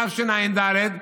תשע"ד.